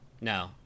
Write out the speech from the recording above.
No